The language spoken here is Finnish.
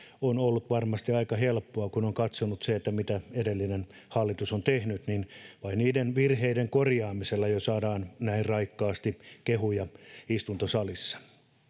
on ollut varmasti aika helppoa kun on katsonut mitä edellinen hallitus on tehnyt vain niiden virheiden korjaamisella jo saadaan näin raikkaasti kehuja istuntosalissa